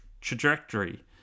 trajectory